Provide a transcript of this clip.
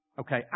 Okay